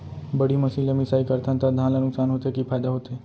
बड़ी मशीन ले मिसाई करथन त धान ल नुकसान होथे की फायदा होथे?